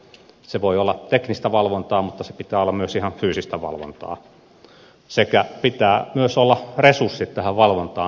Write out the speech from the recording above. se voi olla teknistä valvontaa mutta sen pitää olla myös ihan fyysistä valvontaa ja pitää myös olla resurssit tähän valvontaan